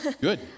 good